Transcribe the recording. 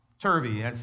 turvy